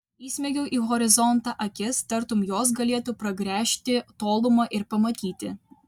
įsmeigiau į horizontą akis tartum jos galėtų pragręžti tolumą ir pamatyti